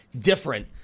different